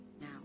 now